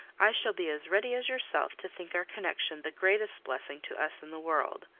i shall be as ready as yourself to think our connection the greatest blessing to us in the world.